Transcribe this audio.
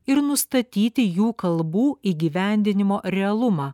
ir nustatyti jų kalbų įgyvendinimo realumą